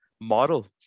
model